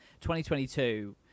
2022